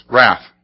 Wrath